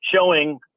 showing